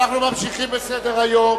להסיר מסדר-היום